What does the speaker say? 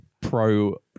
pro